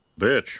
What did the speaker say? bitch